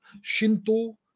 Shinto